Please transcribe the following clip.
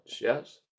yes